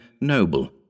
noble